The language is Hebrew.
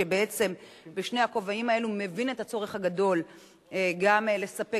שבעצם בשני הכובעים האלה מבין את הצורך הגדול גם לספק